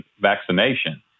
vaccination